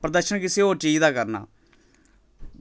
प्रदर्शन कुसै होर चीज दा करना